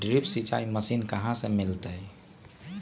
Drip सिंचाई machine कहाँ से मिलतै?